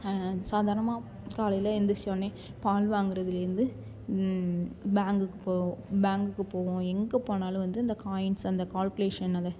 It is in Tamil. சாதாரணமாக காலையில் எழுந்திரிச்சோனே பால் வாங்கிறதுலேந்து பேங்க்குக்கு போ பேங்க்குக்கு போவோம் எங்கே போனாலும் வந்து இந்த காயின்ஸ் அந்த கால்குலேசன் அதை